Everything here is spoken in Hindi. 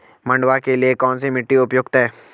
मंडुवा के लिए कौन सी मिट्टी उपयुक्त है?